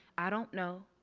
i don't know.